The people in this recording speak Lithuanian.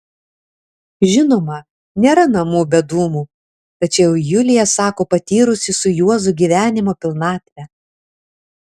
žinoma nėra namų be dūmų tačiau julija sako patyrusi su juozu gyvenimo pilnatvę